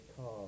car